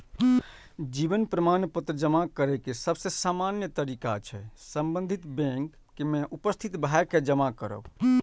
जीवन प्रमाण पत्र जमा करै के सबसे सामान्य तरीका छै संबंधित बैंक में उपस्थित भए के जमा करब